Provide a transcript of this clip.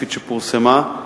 הספציפית שפורסמה,